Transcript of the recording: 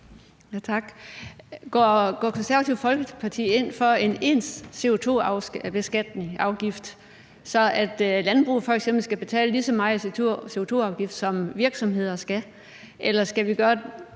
Tak. Går Det Konservative Folkeparti ind for en ens CO2-afgift, så landbruget f.eks. skal betale lige så meget i CO2-afgift, som virksomheder skal?